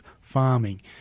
farming